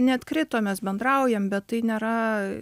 neatkrito mes bendraujam bet tai nėra